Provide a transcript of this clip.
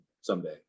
someday